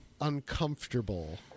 uncomfortable